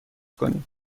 کنیم